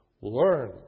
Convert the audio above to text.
Learn